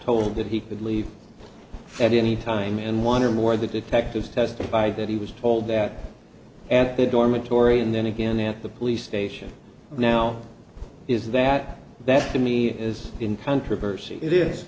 told that he could leave at any time and one or more of the detectives testified that he was told that at the dormitory and then again at the police station now is that that to me is in controversy it is